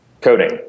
Coding